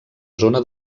zona